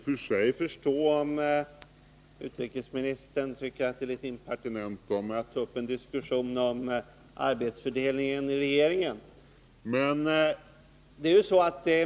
Fru talman! Om utrikesministern tycker att det är litet impertinent av mig att ta upp en diskussion om arbetsfördelningen inom regeringen, kan jag i och för sig förstå det.